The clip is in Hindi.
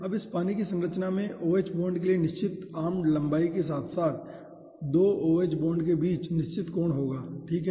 अब इस पानी की संरचना में OH बांड के लिए निश्चित आर्म्ड लंबाई के साथ साथ 2 OH बांड के बीच निश्चित कोण होगा ठीक है